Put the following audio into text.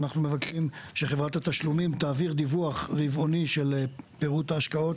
אנחנו מבקשים שחברת התשלומים תעביר דיווח רבעוני של פירוט ההשקעות,